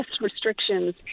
restrictions